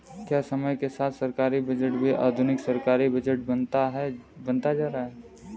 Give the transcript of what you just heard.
क्या समय के साथ सरकारी बजट भी आधुनिक सरकारी बजट बनता जा रहा है?